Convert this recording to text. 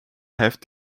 have